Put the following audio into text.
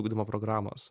ugdymo programos